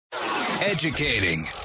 Educating